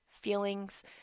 feelings